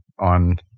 on